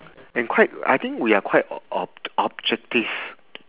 and quite I think we are quite o~ o~ ob~ objective